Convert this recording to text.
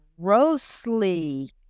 grossly